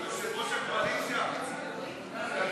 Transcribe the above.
יושב-ראש הקואליציה, דוד,